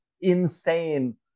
insane